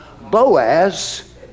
Boaz